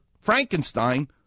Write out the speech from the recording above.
Frankenstein